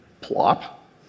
Plop